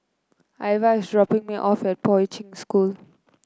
Ivah is dropping me off at Poi Ching School